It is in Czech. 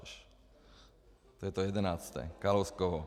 To je to jedenácté, Kalouskovo.